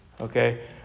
okay